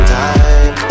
time